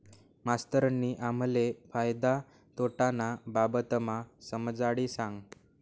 मास्तरनी आम्हले फायदा तोटाना बाबतमा समजाडी सांगं